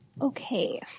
Okay